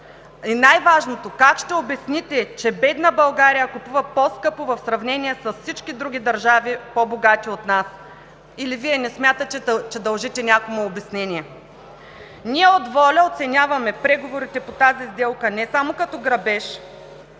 И най-важното, как ще обясните, че бедна България купува по скъпо в сравнение с всички други държави, по-богати от нас? Или Вие не смятате, че дължите някому обяснение? Ние от ВОЛЯ оценяваме преговорите по тази сделка не само като грабеж,